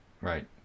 Right